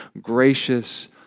gracious